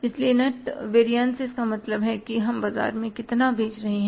इसलिए net variances का मतलब है कि हम बाजार में कितना बेच रहे हैं